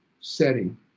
setting